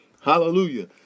Hallelujah